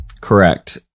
Correct